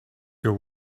your